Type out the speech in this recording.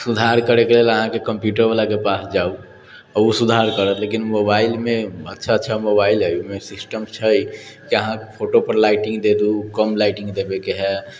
सुधार करैके अहाँके कम्प्युटरवला के पास जाउ उ सुधार करत लेकिन मोबाइलमे अच्छा अच्छा मोबाइल है ओहिमे सिस्टम छै अहाँ फोटोपर लाइटिंग दे दू कम लाइटिंग देवेके है